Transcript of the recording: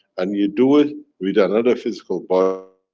and you do it with another physical bar.